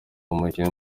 umukinnyi